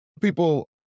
people